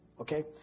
okay